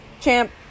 champ